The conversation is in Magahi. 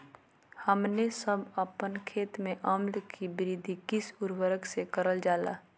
हमने सब अपन खेत में अम्ल कि वृद्धि किस उर्वरक से करलजाला?